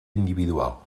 individual